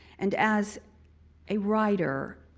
and as a writer,